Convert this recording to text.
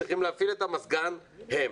צריכים להפעיל את המזגן הם,